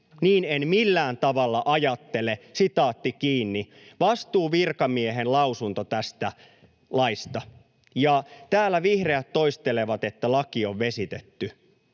niin en millään tavalla ajattele.” Vastuuvirkamiehen lausunto tästä laista, ja täällä vihreät toistelevat, että laki on vesitetty.